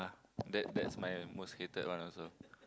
that that's my most hated one also